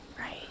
Right